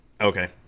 Okay